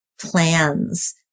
plans